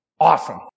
awesome